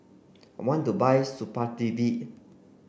I want to buy Supravit